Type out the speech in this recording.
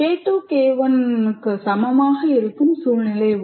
K2 K1 க்கு சமமாக இருக்கும் சூழ்நிலை உள்ளது